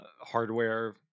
hardware